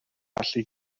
allu